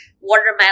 watermelon